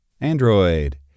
Android